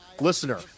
listener